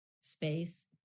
space